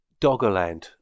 Doggerland